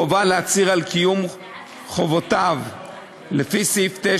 חובה להצהיר על קיום חובותיו לפי סעיף 9